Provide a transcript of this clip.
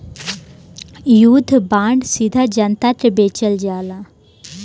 युद्ध बांड सीधा जनता के बेचल जाला